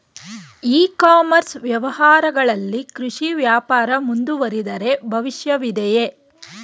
E commerce ವ್ಯವಹಾರಗಳಲ್ಲಿ ಕೃಷಿ ವ್ಯಾಪಾರ ಮುಂದುವರಿದರೆ ಭವಿಷ್ಯವಿದೆಯೇ?